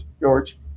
George